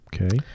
Okay